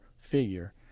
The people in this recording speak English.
figure